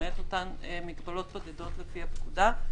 למעט אותן מגבלות בודדות לפי הפקודה.